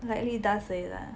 lightly dust 而已啦